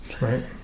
Right